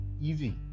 easy